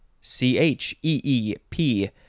C-H-E-E-P